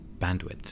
Bandwidth